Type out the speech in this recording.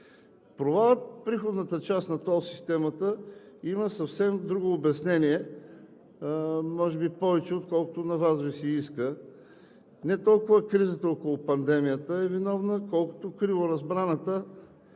приходната част на тол системата има съвсем друго обяснение, което е може би повече, отколкото на Вас Ви се иска – не толкова кризата около пандемията е виновна, колкото криворазбраната